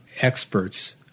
experts